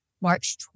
March